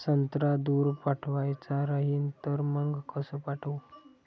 संत्रा दूर पाठवायचा राहिन तर मंग कस पाठवू?